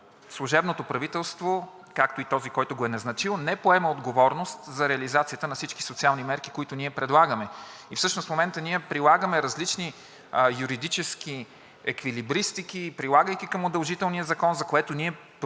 служебното правителство, както и този, който го е назначил, не поема отговорност за реализацията на всички социални мерки, които ние предлагаме. В момента ние прилагаме различни юридически еквилибристики, прилагайки ги към удължителния закон, за което ние предупредихме